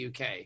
UK